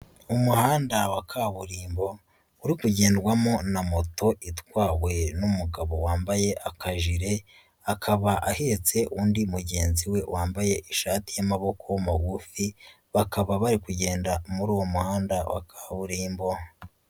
Umuhanda wa kaburimbo uri kugendwamo na moto itwawe n'umugabo wambaye akajire akaba ahetse undi mugenzi we wambaye ishati y'amaboko magufi, bakaba bari kugenda muri uwo muhanda wa kaburimbo.